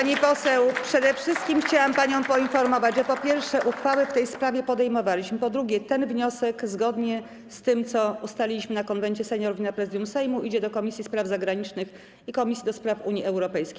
Pani poseł, przede wszystkim chciałam panią poinformować, że, po pierwsze, uchwałę w tej sprawie podejmowaliśmy, po drugie, ten wniosek, zgodnie z tym, co ustaliliśmy na posiedzeniach Konwentu Seniorów i Prezydium Sejmu, idzie do Komisji Spraw Zagranicznych i Komisji do Spraw Unii Europejskiej.